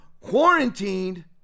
quarantined